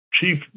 chief